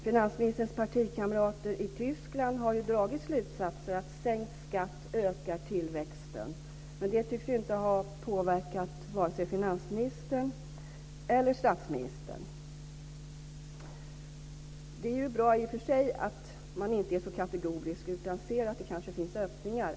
Finansministerns partikamrater i Tyskland har dragit slutsatsen att sänkt skatt ökar tillväxten. Men det tycks inte ha påverkat vare sig finansministern eller statsministern. Det är ju i och för sig bra att man inte är så kategorisk utan ser att det kanske finns öppningar.